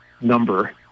number